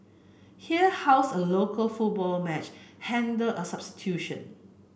here how's a local football match handled a substitution